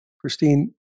Christine